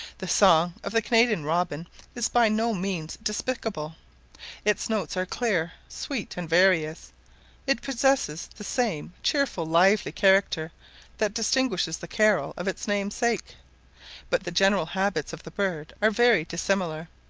the song of the canadian robin is by no means despicable its notes are clear, sweet, and various it possesses the same cheerful lively character that distinguishes the carol of its namesake but the general habits of the bird are very dissimilar.